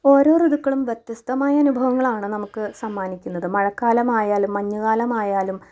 ഓരോ ഋതുക്കളും വ്യത്യസ്തമായ അനുഭവങ്ങളാണ് നമുക്ക് സമ്മാനിക്കുന്നത് മഴക്കാലമായാലും മഞ്ഞുകാലമായാലും